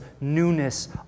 newness